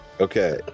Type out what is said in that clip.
Okay